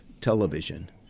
television